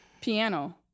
Piano